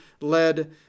led